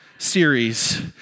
series